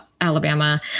Alabama